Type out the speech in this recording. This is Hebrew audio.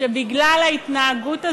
שבגלל ההתנהגות הזאת,